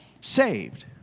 Saved